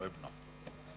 "ואבנו".